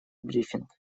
брифинг